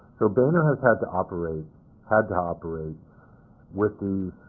so boehner has had to operate had to operate with these